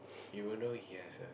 even though he has a